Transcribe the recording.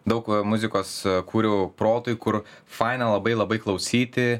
daug va muzikos kuriu protui kur faina labai labai klausyti